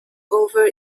over